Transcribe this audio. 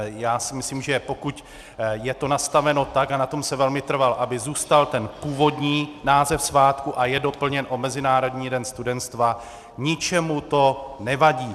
Já si myslím, že pokud je to nastaveno tak, a na tom jsem velmi trval, aby zůstal ten původní název svátku, a je doplněn o Mezinárodní den studenstva, ničemu to nevadí.